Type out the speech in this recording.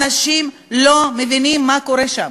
אנשים לא מבינים מה קורה שם: